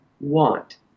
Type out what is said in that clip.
want